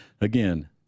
Again